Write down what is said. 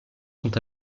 sont